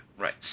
Right